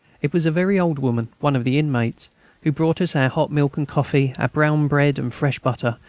it was a very old woman one of the inmates who brought us our hot milk and coffee, our brown bread and fresh butter,